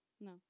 no